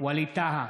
ווליד טאהא,